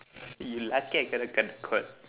you lucky I cannot cut the cord